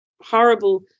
horrible